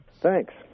Thanks